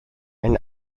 and